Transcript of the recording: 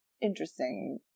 interesting